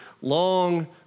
long